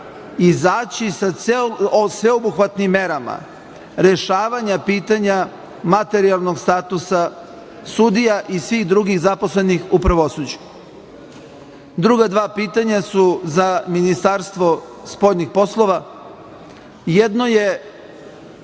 izaći sa sveobuhvatnim merama rešavanja pitanja materijalnog statusa sudija i svih drugih zaposlenih u pravosuđu? Druga dva pitanja su za Ministarstvo spoljnih poslova. Jedno je,